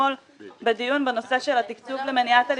לא מעבירים.